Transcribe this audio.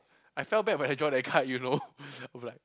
I felt bad when I draw the card you know